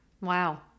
Wow